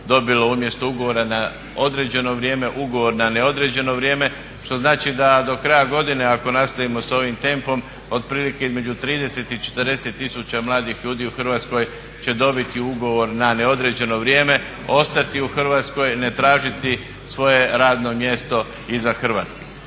dobilo umjesto ugovora na određeno vrijeme ugovor na neodređeno vrijeme što znači da do kraja godine ako nastavimo sa ovim tempom otprilike između 30 i 40000 mladih ljudi u Hrvatskoj će dobiti ugovor na neodređeno vrijeme, ostati u Hrvatskoj, ne tražiti svoje radno mjesto izvan Hrvatske.